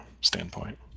standpoint